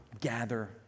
Gather